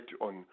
on